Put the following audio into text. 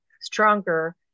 stronger